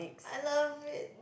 I love it